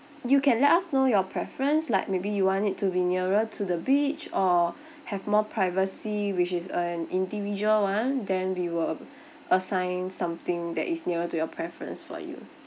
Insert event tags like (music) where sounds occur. you can let us know your preference like maybe you want it to be nearer to the beach or (breath) have more privacy which is an individual one then we will (breath) assign something that is nearer to your preference for you